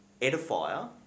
Edifier